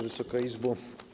Wysoka Izbo!